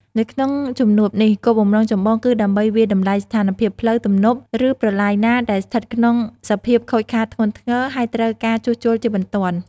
នៅក្នុងជំនួបនេះ គោលបំណងចម្បងគឺដើម្បីវាយតម្លៃស្ថានភាពផ្លូវ ទំនប់ ឬប្រឡាយណាដែលស្ថិតក្នុងសភាពខូចខាតធ្ងន់ធ្ងរ ហើយត្រូវការជួសជុលជាបន្ទាន់។